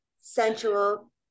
sensual